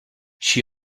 she